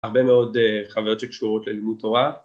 ‫הרבה מאוד חוויות שקשורות ללימוד תורה.